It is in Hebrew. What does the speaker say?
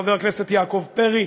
חבר הכנסת יעקב פרי,